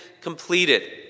completed